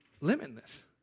limitless